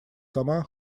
сама